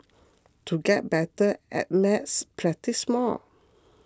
to get better at maths practise more